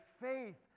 faith